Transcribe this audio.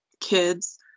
kids